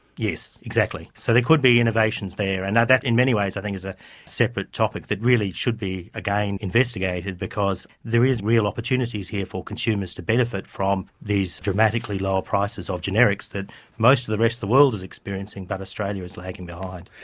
yes, exactly. so there could be innovations there. and that in many ways i think is a separate topic that really should be again investigated, because there is real opportunities here for consumers to benefit from these dramatically lower prices of generics that most of the rest of the world is experiencing, but australia is lagging behind.